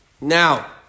Now